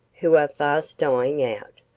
who are fast dying out,